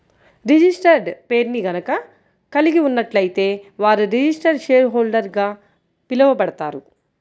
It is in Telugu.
రిజిస్టర్డ్ షేర్ని గనక కలిగి ఉన్నట్లయితే వారు రిజిస్టర్డ్ షేర్హోల్డర్గా పిలవబడతారు